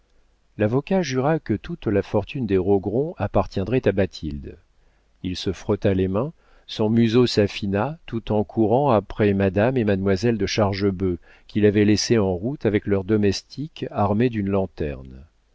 l'avocat jura que toute la fortune des rogron appartiendrait à bathilde il se frotta les mains son museau s'affina tout en courant après madame et mademoiselle de chargebœuf qu'il avait laissées en route avec leur domestique armée d'une lanterne